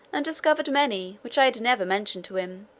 and discovered many, which i had never mentioned to him,